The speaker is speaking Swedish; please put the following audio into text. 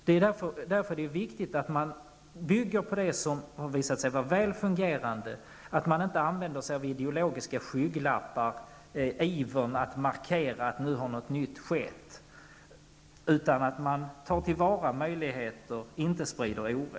Det är därför viktigt att bygga vidare på det som har visat sig fungera väl och inte använda sig av ideologiska skygglappar i ivern att markera att något nytt har skett. Möjligheterna skall tas till vara, och man skall inte sprida oro.